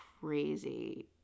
crazy